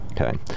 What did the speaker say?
Okay